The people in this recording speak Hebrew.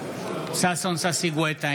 נוכחת ששון ששי גואטה,